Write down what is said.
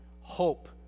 hope